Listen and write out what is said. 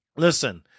Listen